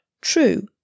true